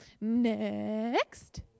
next